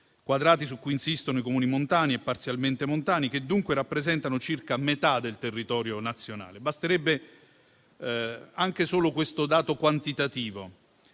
quadrati su cui insistono i Comuni montani e parzialmente montani, che dunque rappresentano circa metà del territorio nazionale: basterebbe anche solo questo dato quantitativo